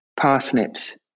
parsnips